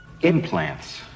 Implants